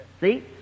See